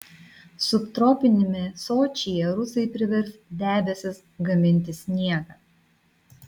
subtropiniame sočyje rusai privers debesis gaminti sniegą